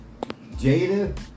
Jada